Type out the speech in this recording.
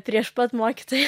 prieš pat mokytoją